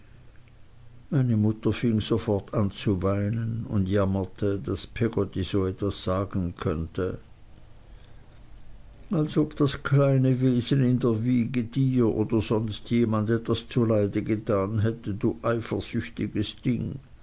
meine mutter fing sofort an zu weinen und jammerte daß peggotty so etwas sagen könnte als ob das kleine wesen in der wiege dir oder sonst jemand etwas zuleide getan hätte du eifersüchtiges ding